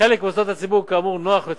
לחלק ממוסדות הציבור כאמור נוח יותר,